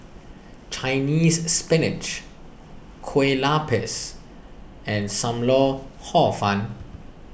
Chinese Spinach Kueh Lapis and Sam Lau Hor Fun